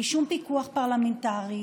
בלי שום פיקוח פרלמנטרי,